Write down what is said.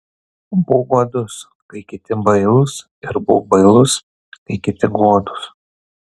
būk godus kai kiti bailūs ir būk bailus kai kiti godūs